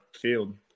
field